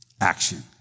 action